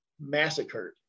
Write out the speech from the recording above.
massacred